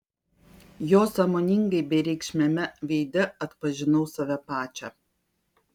jo sąmoningai bereikšmiame veide atpažinau save pačią